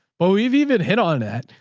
but we've even hit on that.